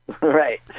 Right